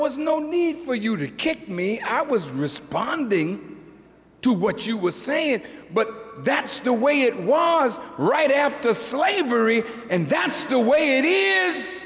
was no need for you to kick me i was responding to what you were saying but that's still way it was right after slavery and that's the way it is